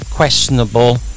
questionable